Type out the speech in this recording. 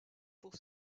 pour